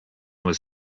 was